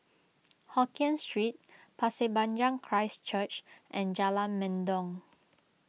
Hokien Street Pasir Panjang Christ Church and Jalan Mendong